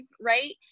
right